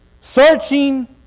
searching